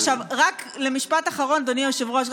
רק משפט אחרון, אדוני היושב-ראש.